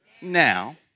Now